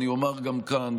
ואני אומר גם כאן,